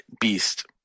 beast